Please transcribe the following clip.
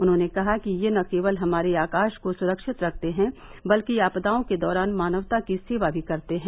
उन्होंने कहा कि ये न केवल हमारे आकाश को सुरक्षित रखते हैं बल्कि आपदाओं के दौरान मानवता की सेवा भी करते हैं